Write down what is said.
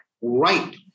right